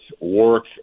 work